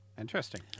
Interesting